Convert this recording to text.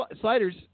sliders